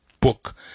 book